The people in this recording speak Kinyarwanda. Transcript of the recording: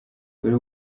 buri